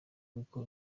kuko